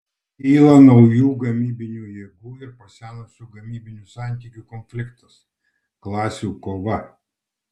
kyla naujų gamybinių jėgų ir pasenusių gamybinių santykių konfliktas klasių kova